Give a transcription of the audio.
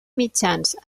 mitjans